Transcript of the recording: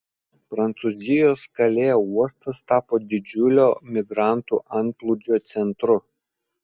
prancūzijos kalė uostas tapo didžiulio migrantų antplūdžio centru